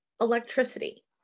Electricity